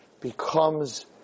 becomes